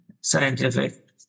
scientific